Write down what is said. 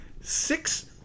six